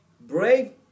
Brave